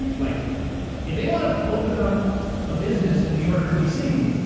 and like if they want to open up a business in new york, or dc,